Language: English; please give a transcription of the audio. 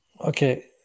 okay